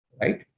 Right